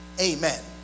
Amen